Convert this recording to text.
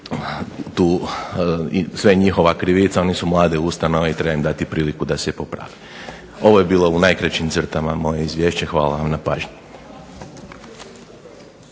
sve njihova krivica. Oni su mlade ustanove i treba im dati priliku da se poprave. Ovo je bilo u najkraćim crtama moje izvješće. Hvala vam na pažnji.